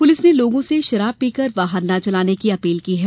police ने लोगों से शराब पीकर वाहन न चलाने की अपील की है